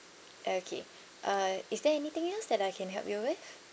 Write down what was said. okay uh is there anything else that I can help you with